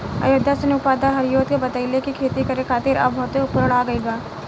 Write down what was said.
अयोध्या सिंह उपाध्याय हरिऔध के बतइले कि खेती करे खातिर अब भौतिक उपकरण आ गइल बा